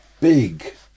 big